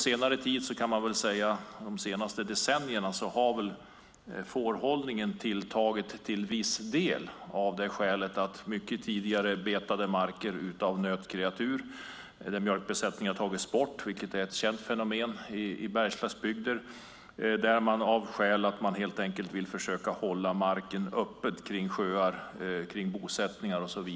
Under de senaste decennierna har fårhållningen till viss del tilltagit eftersom tidigare betade marker av nötkreatur har tagits bort, vilket är ett känt fenomen i Bergslagsbygder. Man har använt får för att försöka hålla marken öppen runt sjöar och bosättningar.